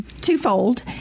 twofold